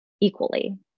equally